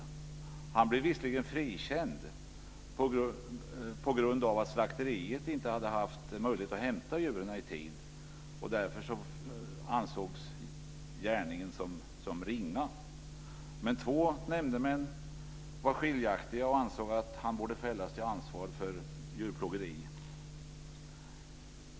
Han blev visserligen frikänd på grund av att slakteriet inte hade haft möjlighet att hämta djuren i tid. Därför ansågs gärningen som ringa. Men två nämndemän var skiljaktiga och ansåg att han borde fällas till ansvar för djurplågeri.